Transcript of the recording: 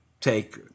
take